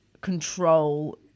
control